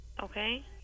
Okay